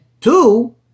two